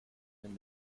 den